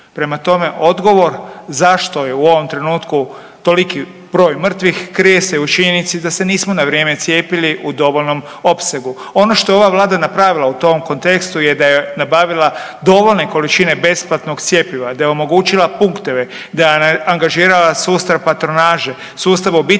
Prema tome, odgovor zašto je u ovom trenutku toliki broj mrtvih krije se i u činjenici da se nismo na vrijeme cijepili u dovoljnom opsegu. Ono što je ova vlada napravila u tom kontekstu je da je nabavila dovoljne količine besplatnog cjepiva, da je omogućila punkteve, da je angažirala sustav patronaže, sustav obiteljskih